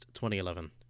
2011